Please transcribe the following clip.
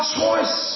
choice